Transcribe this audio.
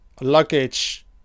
Luggage